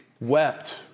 Wept